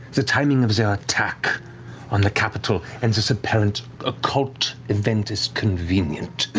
the timing of their attack on the capital and this apparent ah cult event is convenient,